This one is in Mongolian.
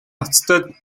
ноцтой